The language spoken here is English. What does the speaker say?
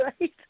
Right